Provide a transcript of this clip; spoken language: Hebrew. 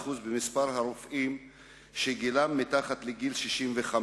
6% במספר הרופאים שגילם מתחת ל-65,